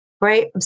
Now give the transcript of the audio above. right